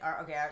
Okay